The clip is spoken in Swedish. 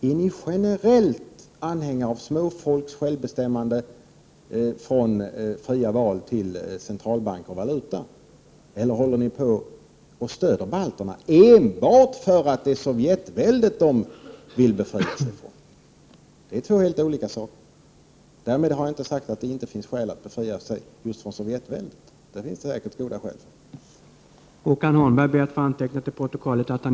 Är ni generellt anhängare av små folks självbestämmande, med fria val, egen centralbank och egen valuta, eller stöder ni balterna enbart därför att det är Sovjetväldet som de vill befria sig från? Det är två helt olika saker. Därmed har jag inte sagt att det inte finns skäl för att befria sig från just Sovjetväldet. Det finns säkerligen goda skäl för det.